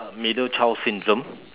middle child syndrome